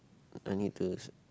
I need to s~